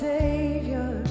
Savior